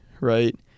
right